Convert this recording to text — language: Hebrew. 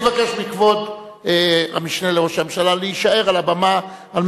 אני מבקש מכבוד המשנה לראש הממשלה להישאר על הבמה על